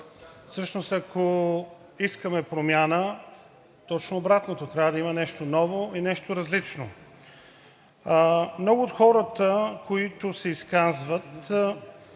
Всъщност ако искаме промяна, точно обратното – трябва да има нещо ново и нещо различно. Много от хората, които се изказват,